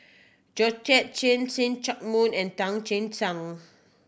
Georgette Chen See Chak Mun and Tan Che Sang